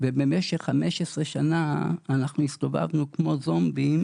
ובמשך 15 שנה אנחנו הסתובבנו כמו זומבים